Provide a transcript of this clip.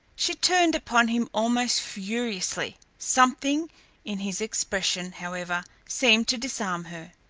she turned upon him almost furiously. something in his expression, however, seemed to disarm her.